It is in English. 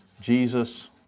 Jesus